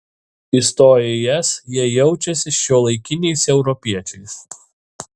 įstoję į es jie jaučiasi šiuolaikiniais europiečiais